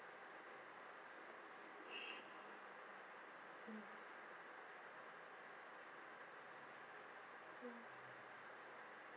mm mm